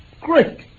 Great